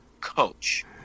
coach